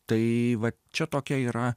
tai va čia tokia yra